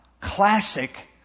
classic